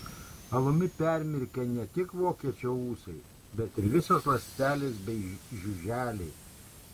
alumi permirkę ne tik vokiečio ūsai bet ir visos ląstelės bei žiuželiai